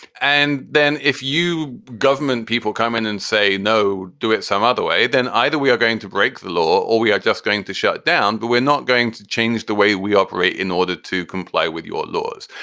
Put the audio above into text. and then if you government people come in and say, no, do it some other way, then either we are going to break the law or we are just going to shut down, but we're not going to change the way we operate in order to comply with your laws.